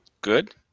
Good